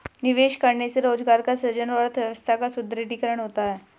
निवेश करने से रोजगार का सृजन और अर्थव्यवस्था का सुदृढ़ीकरण होता है